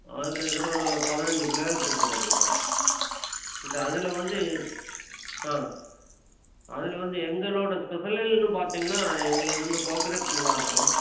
ஆ கிட்டத்தட்ட ஒரு பதினஞ்சு ஃப்ளேவர் கிட்டத்தட்ட இருக்கும் சார் இந்த அதில் வந்து ஆ அதில் வந்து எங்களோட ஸ்பெசலில்னு பார்த்தீங்கன்னா எங்களுது வந்து கோக்கனட் நல்லாருக்கும்